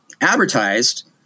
advertised